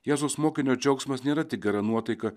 jėzaus mokinio džiaugsmas nėra tik gera nuotaika